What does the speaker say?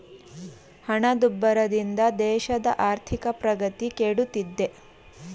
ಹಣದುಬ್ಬರದಿಂದ ದೇಶದ ಆರ್ಥಿಕ ಪ್ರಗತಿ ಕೆಡುತ್ತಿದೆ